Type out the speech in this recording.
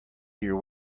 your